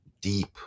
deep